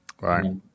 Right